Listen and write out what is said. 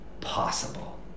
possible